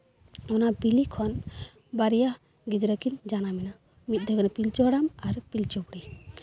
ᱚᱱᱟ ᱵᱤᱞᱤ ᱠᱷᱚᱱ ᱵᱟᱨᱭᱟ ᱜᱤᱫᱽᱨᱟᱹ ᱠᱤᱱ ᱡᱟᱱᱟᱢ ᱮᱱᱟ ᱢᱤᱫ ᱫᱚ ᱦᱩᱭᱩᱜ ᱠᱟᱱᱟ ᱯᱤᱞᱪᱩ ᱦᱟᱲᱟᱢ ᱟᱨ ᱯᱤᱞᱪᱩ ᱵᱩᱲᱦᱤ